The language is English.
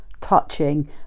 touching